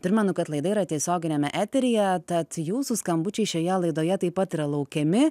primenu kad laida yra tiesioginiame eteryje tad jūsų skambučiai šioje laidoje taip pat yra laukiami